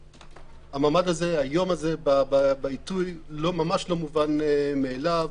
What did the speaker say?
המעמד הזה, היום הזה בעיתוי, ממש לא מובן מאליו